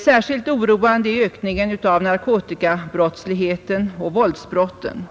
Särskilt oroande är ökningen av narkotikabrottsligheten och våldsbrotten.